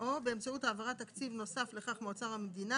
או באמצעות העברת תקציב נוסף לכך מאוצר המדינה,